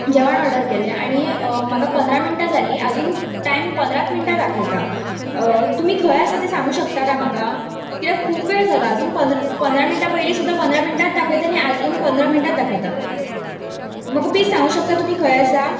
जेवण ऑर्डर केल्लें आनी म्हाका पंदरा मिनटां जाली अजून टायम पंदराच मिनटां दाखयता तुमी खंय आसात ते सांगूंक शकता काय म्हाका कित्याक खूब वेळ जालो अजून पंदरा मिनटां पयलीं पंदरा मिनटां दाखयताली अजून पंदरा मिनटां दाखयता म्हाका प्लीज सांगूंक शकता तुमी खंय आसा